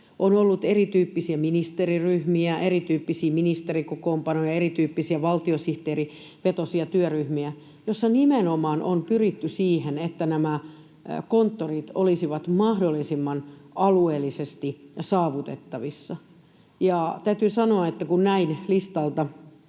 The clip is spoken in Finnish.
On ollut erityyppisiä ministeriryhmiä, erityyppisiä ministerikokoonpanoja, erityyppisiä valtiosihteerivetoisia työryhmiä, joissa nimenomaan on pyritty siihen, että nämä konttorit olisivat alueellisesti mahdollisimman saavutettavissa. Täytyy sanoa, että kun en ole